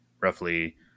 Roughly